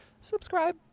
subscribe